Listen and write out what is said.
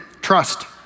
trust